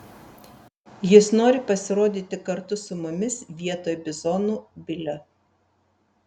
jis nori pasirodyti kartu su mumis vietoj bizonų bilio